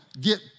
get